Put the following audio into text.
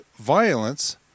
violence